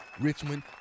Richmond